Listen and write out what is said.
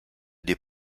des